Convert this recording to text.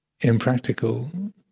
impractical